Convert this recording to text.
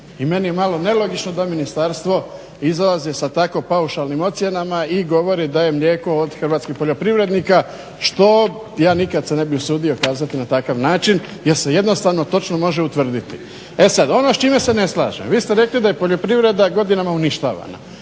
I meni je malo nelogično da ministarstvo izlazi sa tako paušalnim ocjenama i govori da je mlijeko od hrvatskih poljoprivrednika što ja nikad se ne bi ukazati na takav način, jer se jednostavno točno može utvrditi. E sad ono s čime se ne slažem, vi ste rekli da je poljoprivreda godinama uništavana,